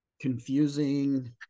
confusing